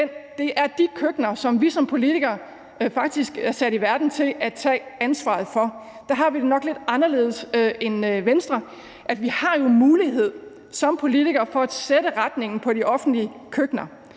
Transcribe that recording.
er det de køkkener, som vi som politikere faktisk er sat i verden for at tage ansvaret for. Der har vi det nok lidt anderledes end Venstre. Vi har jo en mulighed som politikere for at sætte retningen for de offentlige køkkener.